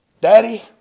Daddy